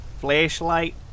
Flashlight